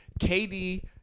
KD